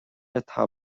atá